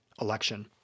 election